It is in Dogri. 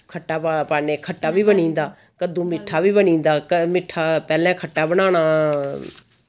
खट्टा प पाने खट्टा बी बनी जंदा कद्दू मिट्ठा बी बनिंदा क मिट्ठा पैह्ले खट्टा बनाना